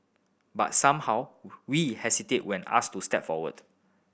but somehow we hesitate when asked to step forward